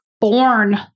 born